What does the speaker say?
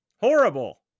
Horrible